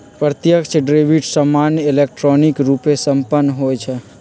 प्रत्यक्ष डेबिट सामान्य इलेक्ट्रॉनिक रूपे संपन्न होइ छइ